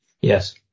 Yes